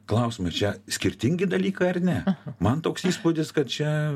klausimas čia skirtingi dalykai ar ne man toks įspūdis kad čia